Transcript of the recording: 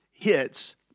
hits